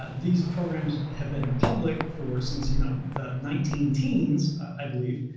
ah these programs have been public for, since you know, the nineteen teens, i believe.